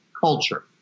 culture